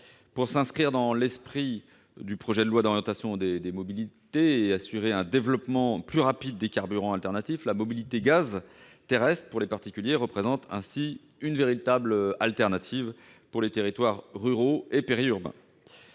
S'inscrivant dans l'esprit du projet de loi, qui vise un développement plus rapide des carburants alternatifs, la mobilité gaz terrestre pour les particuliers représente ainsi une véritable alternative dans les territoires ruraux et périurbains.